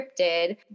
cryptid